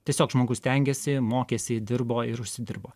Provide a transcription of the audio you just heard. tiesiog žmogus stengėsi mokėsi dirbo ir užsidirbo